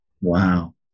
Wow